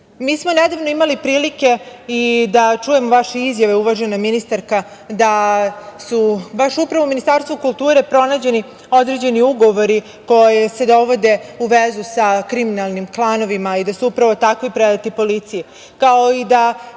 smo nedavno imali prilike i da čujemo vaše izjave uvažena ministarka, da su baš upravo u Ministarstvo kulture pronađeni ugovori koji se dovode u vezu sa kriminalnim klanovima i da su upravo takvi predati policiji, kao i da